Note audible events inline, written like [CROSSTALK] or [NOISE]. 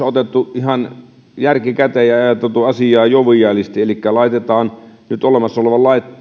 [UNINTELLIGIBLE] otettu ihan järki käteen tässä mietinnössä ja ajateltu asiaa joviaalisti elikkä laitetaan nyt olemassa olevan lain